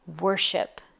worship